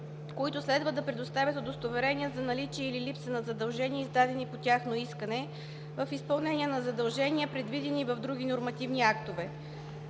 които следва да предоставят удостоверение за наличие или липса на задължения, издадени по тяхно искане в изпълнение на задължения, предвидени в други нормативни актове.